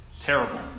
terrible